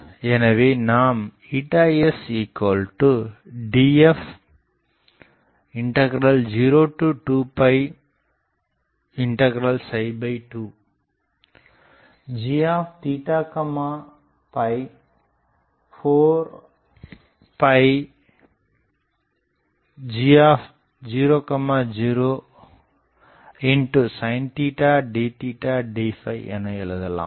எனவே நாம் sDf0202g4 g00sin d d என எழுதலாம்